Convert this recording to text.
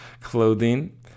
Clothing